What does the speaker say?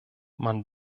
man